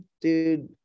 dude